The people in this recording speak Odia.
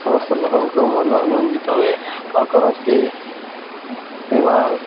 ସମସ୍ତ ଲୋକଙ୍କୁ ମନ ଆନନ୍ଦିତ ହୁଏ ବା କୌଣସି ବିବାହ